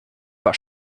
war